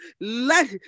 Let